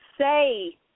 say